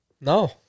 No